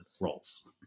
roles